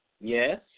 Yes